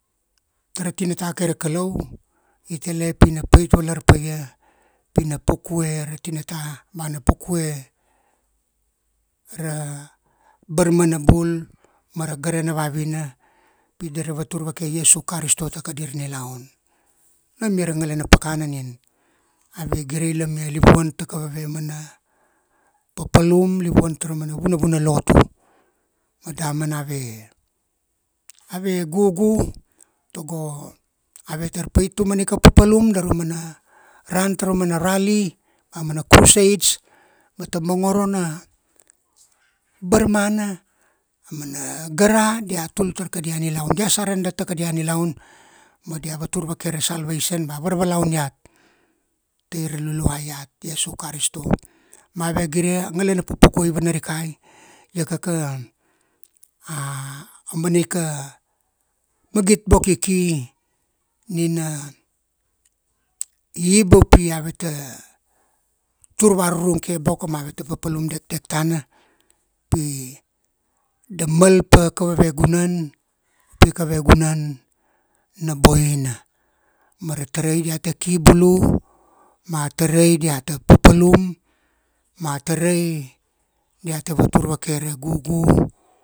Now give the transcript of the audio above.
Tara tinata kai ra Kaulau, i tele pi na pait valar paia, pi na pukue ra tinata, ba na pukue, ra, barmana bul mara gara na vaviana, pi dira vatur vake Iesu Karisto ta kadir nilaun. Nam ia ra ngalana pakana nin, ave girailamia livuan ta kaveve mana papalum livuan tara mana vunavuna lotu. Ma damana ave, ave gugu, tago avetar pait taumana ika papalum dar ra mana, ran taramana rali, ba mana crusades ma ta mongor na barmana, a mana gara dia tul tar kadia nilaun. Dia surrender ta kadia nilaun ma dia vatur vake ra salvation ba nilau iat. Tai ra luluai iat Iesu Karisto. Mave gire, a ngalana pupukuai i vanarikai, iakaka aumanaika, magit boko i ki, nina i iba pi aveta, tur varurung ke boko ma aveta papalum dekdek tana, pi da mal pa kaveve guna, pi kaveve gunan, na boina Mara tarai diat ki bulu, ma tarai diata papalum, ma tarai diata vatur vake ra gugu,